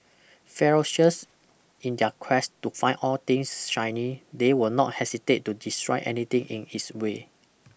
ferocious in their quest to find all things shiny they will not hesitate to destroy anything in its way